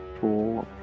Four